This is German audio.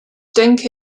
denke